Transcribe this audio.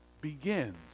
begins